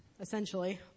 essentially